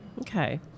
okay